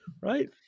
Right